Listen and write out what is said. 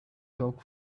talk